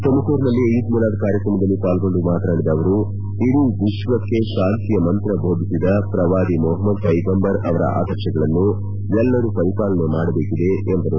ತುಮಕೂರಿನಲ್ಲಿ ಈದ್ ಮಿಲಾದ್ ಕಾರ್ಯಕ್ರಮದಲ್ಲಿ ಪಾಲ್ಗೊಂಡು ಮಾತನಾಡಿದ ಅವರು ಇಡೀ ವಿಶ್ವಕ್ಷೆ ಶಾಂತಿಯ ಮಂತ್ರ ಬೋಧಿಸಿದ ಪ್ರವಾದಿ ಮಹಮದ್ ಪೈಗಂಬರ್ ಅವರ ಆದರ್ಶಗಳನ್ನು ಎಲ್ಲರು ಪರಿಪಾಲನೆ ಮಾಡಬೇಕಿದೆ ಎಂದರು